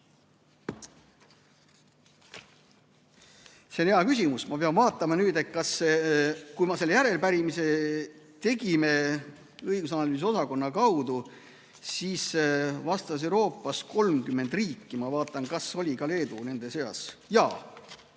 See on hea küsimus, ma pean vaatama. Kui me selle järelepärimise tegime õigus‑ ja analüüsiosakonna kaudu, siis vastas Euroopa 30 riiki. Ma vaatan, kas oli ka Leedu nende seas. Jaa,